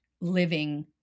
living